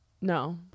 No